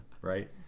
right